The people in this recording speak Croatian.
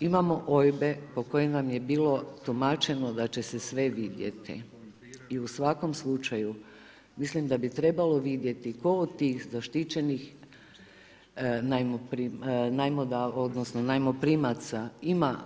Imamo OIB-e po kojima nam je bilo tumačeno da će se sve vidjeti i u svakom slučaju mislim da bi trebalo vidjeti tko od tih zaštićenih odnosno najmoprimaca ima